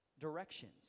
directions